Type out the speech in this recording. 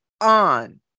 on